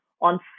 on